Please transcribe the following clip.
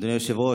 אדוני היושב-ראש,